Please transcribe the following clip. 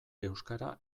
euskara